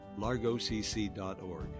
largocc.org